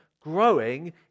growing